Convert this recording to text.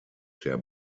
der